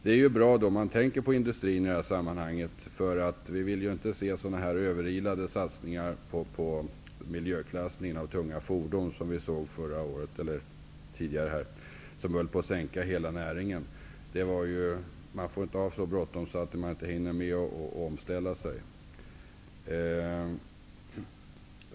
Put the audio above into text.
Det är bra att man tänker på industrin i det här sammanhanget; vi vill ju inte se sådana överilade satsningar på miljöklassning av tunga fordon som vi såg tidigare. De sänkte nästan hela näringen. Det får inte vara så bråttom att man inte hinner ställa om.